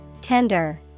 Tender